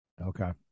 Okay